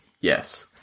Yes